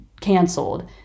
canceled